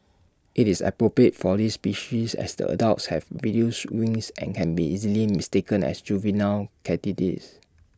it's appropriate for this species as the adults have reduced wings and can be easily mistaken as juvenile katydids